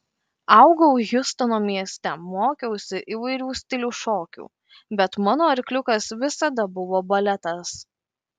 augau hjustono mieste mokiausi įvairių stilių šokių bet mano arkliukas visada buvo baletas